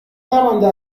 نمانده